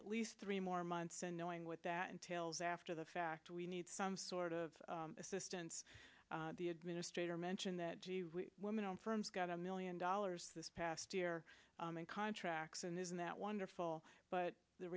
at least three more months and knowing what that entails after the fact we need some sort of assistance the administrator mentioned that woman on firms got a million dollars this past year in contracts and isn't that wonderful but the